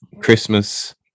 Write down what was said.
christmas